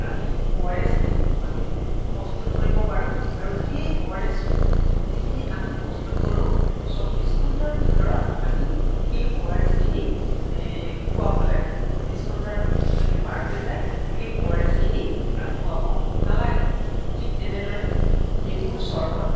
আমি O R এচটো আমি প্ৰস্তুত কৰিব পাৰোঁ আৰু সেই অ আৰ এচ যিখিনি আমি প্ৰস্তুত কৰোঁ চৌব্বিছ ঘণ্টাৰ ভিতৰত আমি সেই অ আৰ এচখিনি খোৱাব লাগে চৌব্বিছ ঘণ্টা যদি পাৰ হৈ যায় সেই অ আৰ এচখিনি খোৱাব নালাগে ঠিক তেনেদৰে নেমুৰ চৰ্বত